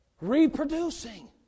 Reproducing